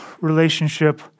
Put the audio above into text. relationship